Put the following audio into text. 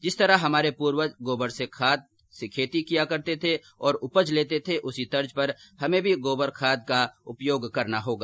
जिस तरह हमारे पूर्वज गोबर की खाद से खेती करते थे और उपज लेते थे उसी तर्ज पर हमें भी गोबर खाद का उपयोग करना होगा